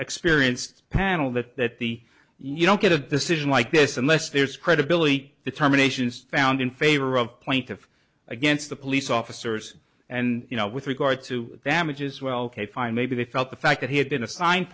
experienced panel that the you don't get a decision like this unless there's credibility to the terminations found in favor of plaintiff against the police officers and you know with regard to damages well kay fine maybe they felt the fact that he had been a sign